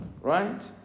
Right